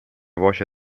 voce